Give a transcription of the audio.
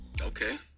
Okay